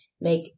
make